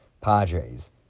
Padres